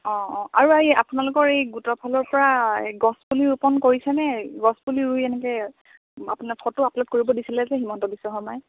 অঁ অঁ আৰু হেৰি আপোনালোকৰ এই গোটৰ ফালৰপৰা এই গছপুলি ৰোপন কৰিছেনে গছপুলি ৰুই এনেকৈ আপোনাৰ ফটো আপলোড কৰিব দিছিলে যে হিমন্ত বিশ্বশৰ্মাই